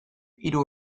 hiru